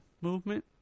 movement